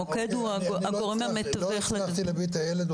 המוקד הוא הגורם המתווך --- לא הצלחתי להביא את הילד,